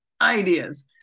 ideas